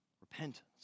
repentance